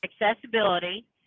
accessibility